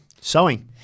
sewing